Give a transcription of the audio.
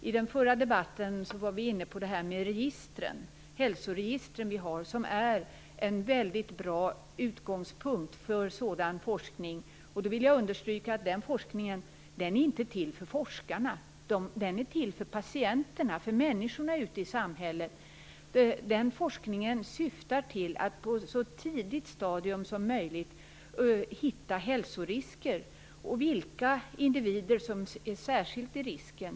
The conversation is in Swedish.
I den förra debatten var vi inne på det här med registren, hälsoregistren. De är en väldigt bra utgångspunkt för sådan här forskning. Jag vill understryka att denna forskning inte är till för forskarna utan för patienterna, för människorna ute i samhället. Den syftar till att på ett så tidigt stadium som möjligt hitta hälsorisker och upptäcka vilka individer som är särskilt i riskzonen.